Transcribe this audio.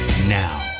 now